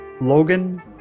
Logan